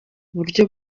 uburyo